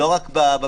לא רק במכללות,